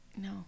no